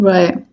Right